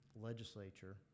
legislature